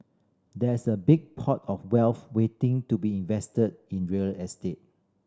there's a big pot of wealth waiting to be invested in real estate